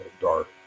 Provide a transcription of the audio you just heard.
dark